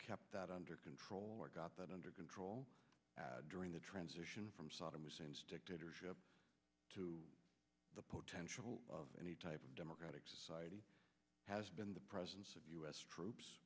kept that under control or got that under control during the transition from saddam hussein's dictatorship to the potential of any type of democratic society has been the presence of u s troops